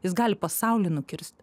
jis gali pasaulį nukirsti